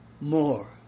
more